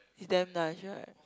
is damn nice right